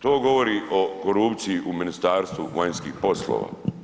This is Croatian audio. To govori o korupciji u Ministarstvu vanjskih poslova.